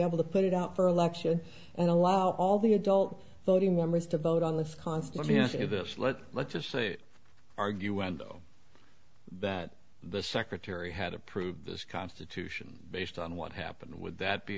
able to put it out for election and allow all the adult voting members to vote on this constant means if this let let's just say argue when though that the secretary had approved this constitution based on what happened would that be